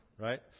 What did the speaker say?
right